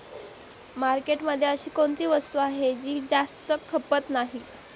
मार्केटमध्ये अशी कोणती वस्तू आहे की जास्त खपत नाही?